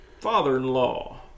father-in-law